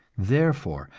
therefore,